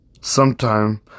Sometime